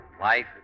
Life